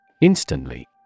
Instantly